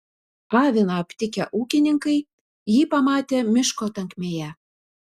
aviną aptikę ūkininkai jį pamatė miško tankmėje